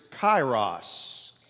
kairos